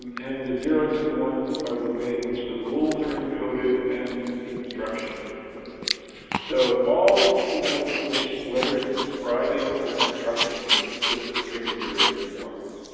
and the zeros and ones are the way in which the rules are encoded and the instructions are encoded so all digital information whether it's describing or instructing it's just a string of zeros and ones